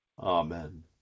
Amen